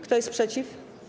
Kto jest przeciw?